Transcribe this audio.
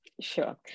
Sure